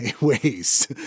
ways